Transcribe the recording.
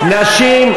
נשים,